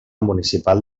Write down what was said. municipal